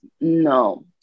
No